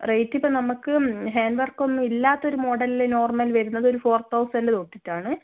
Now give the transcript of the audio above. rate ഇപ്പോൾ നമുക്ക് hand work ഒന്നും ഇല്ലാത്തൊരു മോഡലിൽ നോർമൽ വരുന്നതൊരു ഫോർ തൗസൻഡ് തൊട്ടിട്ടാണ്